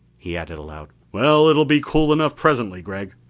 he added aloud, well, it will be cool enough presently, gregg.